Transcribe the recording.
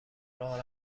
راه